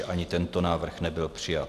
Ani tento návrh nebyl přijat.